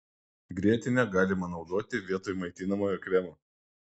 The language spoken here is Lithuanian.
grietinę galima naudoti vietoj maitinamojo kremo